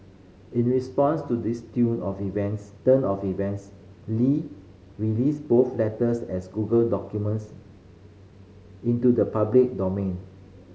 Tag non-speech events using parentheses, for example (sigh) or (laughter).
in response to this (unintelligible) of events turn of events Li released both letters as Google documents into the public domain